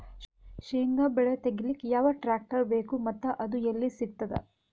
ಶೇಂಗಾ ಬೆಳೆ ತೆಗಿಲಿಕ್ ಯಾವ ಟ್ಟ್ರ್ಯಾಕ್ಟರ್ ಬೇಕು ಮತ್ತ ಅದು ಎಲ್ಲಿ ಸಿಗತದ?